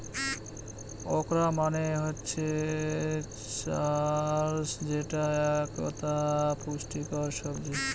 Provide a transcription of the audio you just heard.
okra মানে হচ্ছে ঢ্যাঁড়স যেটা একতা পুষ্টিকর সবজি